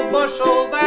bushels